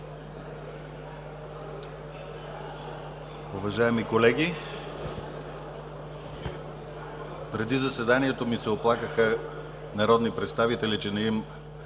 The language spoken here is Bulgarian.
Уважаеми колеги, преди заседанието ми се оплакаха народни представители, че